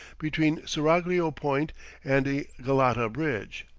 between seraglio point and the galata bridge.